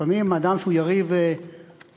לפעמים אדם שהוא יריב פוליטי,